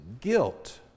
guilt